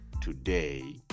today